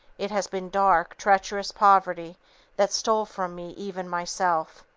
it has been dark, treacherous poverty that stole from me even myself.